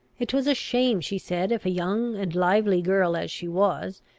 it was a shame, she said, if a young and lively girl, as she was,